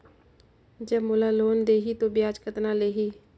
जब मोला लोन देही तो ब्याज कतना लेही?